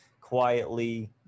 quietly